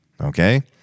Okay